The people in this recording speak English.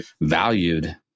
valued